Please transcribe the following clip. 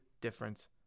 difference